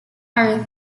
are